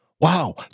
Wow